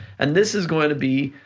and this is going to be,